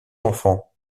enfants